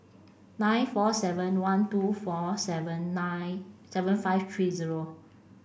nine four seven one two four seven nine seven five three zero